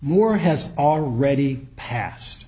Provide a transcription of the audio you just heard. more has already passed